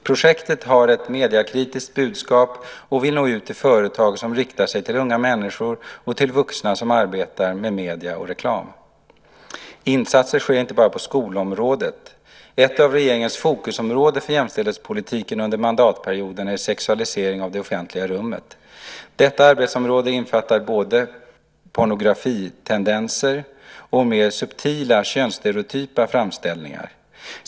Projektet har ett mediekritiskt budskap och vill nå ut till företag som riktar sig till unga människor och till vuxna som arbetar med medier och reklam. Insatser sker inte bara på skolområdet. Ett av regeringens fokusområden för jämställdhetspolitiken under mandatperioden är sexualiseringen av det offentliga rummet. Detta arbetsområde innefattar både pornografitendenser och mer subtila könsstereotypa framställningar .